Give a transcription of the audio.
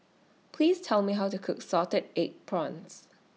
Please Tell Me How to Cook Salted Egg Prawns